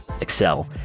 Excel